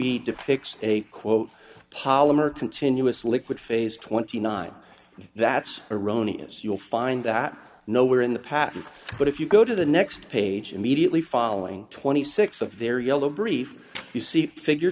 depicts a quote polymer continuous liquid phase twenty nine that's erroneous you'll find that nowhere in the past but if you go to the next page immediately following twenty six of their yellow brief you see figure